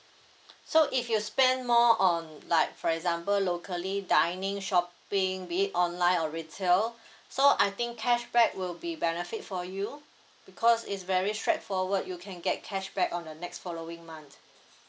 so if you spend more on like for example locally dining shopping be it online or retail so I think cashback will be benefit for you because it's very straightforward you can get cashback on the next following month